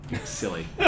silly